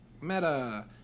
Meta